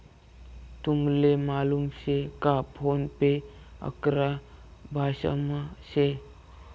तुमले मालूम शे का फोन पे अकरा भाषांसमा शे